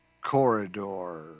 corridor